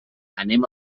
anem